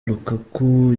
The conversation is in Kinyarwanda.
lukaku